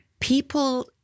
people